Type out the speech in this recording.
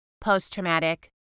post-traumatic